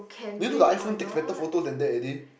do you know the iPhone takes better photos than that already